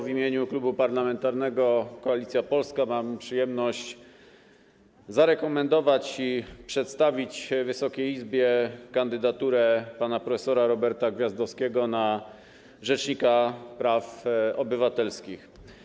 W imieniu Klubu Parlamentarnego Koalicja Polska mam przyjemność zarekomendować i przedstawić Wysokiej Izbie kandydaturę pana prof. Roberta Gwiazdowskiego na rzecznika praw obywatelskich.